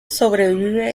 sobrevive